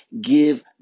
give